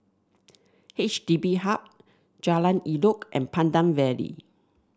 H D B Hub Jalan Elok and Pandan Valley